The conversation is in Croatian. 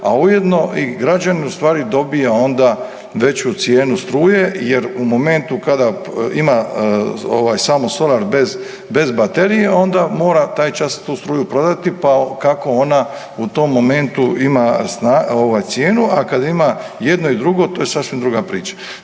a ujedno i građanin ustvari dobiva onda veću cijenu struje jer u momentu kada ima samo solar bez baterije onda mora taj čas tu struju prodati pa ako ona u tom momentu ima cijenu. A kada ima i jedno i drugo to je sasvim druga priča.